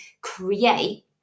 create